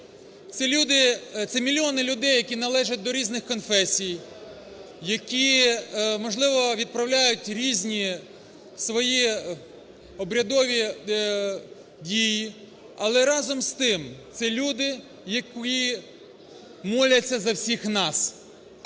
Це мільйони людей, які належать до різних конфесій, які, можливо, відправляють різні свої обрядові дії, але, разом з тим, це люди, які моляться за всіх нас,